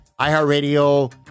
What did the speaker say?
iHeartRadio